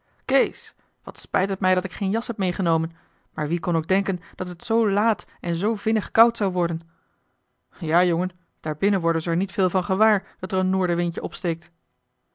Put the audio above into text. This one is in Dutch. kees wat spijt het mij dat ik geen jas heb meegenomen maar wie kon ook denken dat het zoo laat en zoo vinnig koud zou worden ja jongen daarbinnen worden ze er niet veel van gewaar dat er een noordenwindje opsteekt